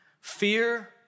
fear